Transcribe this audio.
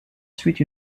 ensuite